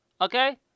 Okay